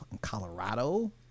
Colorado